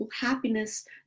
happiness